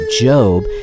Job